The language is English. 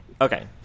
Okay